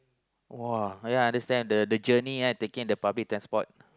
!wah! ya I understand the the journey ah taking the public transport